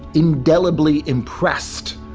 indelibly impressed